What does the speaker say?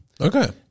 Okay